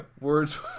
words